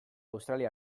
australia